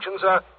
sir